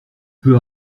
peux